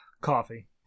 Coffee